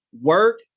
work